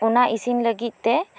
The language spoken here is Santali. ᱚᱱᱟ ᱤᱥᱤᱱ ᱞᱟ ᱜᱤᱫ ᱛᱮ